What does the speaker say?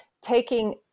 taking